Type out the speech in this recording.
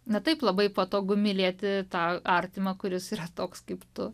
na taip labai patogu mylėti tą artimą kuris yra toks kaip tu